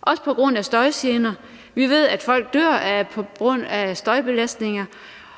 også på grund af støjgener. Vi ved, at folk dør på grund af støjbelastninger.